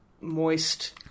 Moist